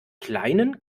kleinen